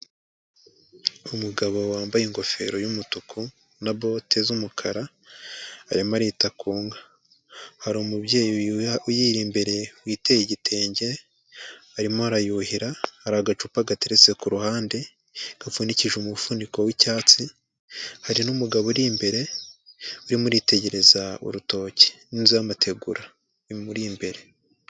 Umugabo wambaye ingofero y'umutuku na bote z'umukara arimo arita ku nka, hari umubyeyi uyiri imbere witeye igitenge arimo arayuhira, hari agacupa gateretse ku ruhande gapfunikishije umufuniko w'icyatsi, hari n'umugabo uri imbere urimo uritegereza urutoki n'inzu y'amategura imuri imbere.